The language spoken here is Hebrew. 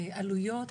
עלויות,